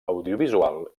audiovisual